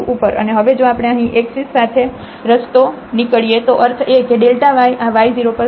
અને હવે જો આપણે અહીં xએક્સિસ સાથે રસ્તો નીકળીએ તેનો અર્થ એ કે ડેલ્ટાyઆy0 પર સેટ થશે